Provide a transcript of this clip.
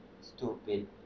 Stupid